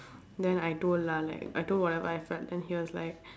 then I told I told whatever I felt then he was like